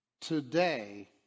today